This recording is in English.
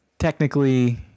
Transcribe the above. technically